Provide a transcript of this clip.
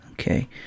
Okay